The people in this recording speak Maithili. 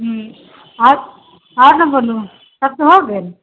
हूँ आओर न बोलू सबके हो गेल